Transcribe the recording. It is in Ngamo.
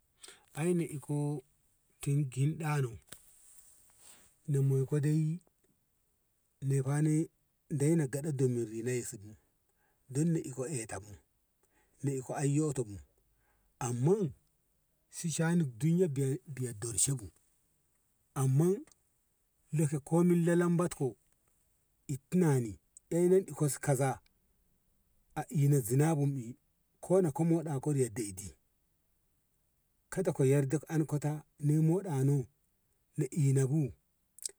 Aina iko tin kin ɗano na moiko dai nei fa nei dai gaɗa don ni reisa i don na iko ehta bu na iko ai yoto bu amma shi sha`ani duniyya biya- biya dor she bu amma loka ko min lalambat ko itti nani eno eni kaza a eni zina bun ei kona ko moɗa ko riya deiti kada ka yardan an ko ta nei mo ɗa no na ina bu.